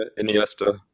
Iniesta